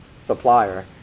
supplier